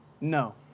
No